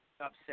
upset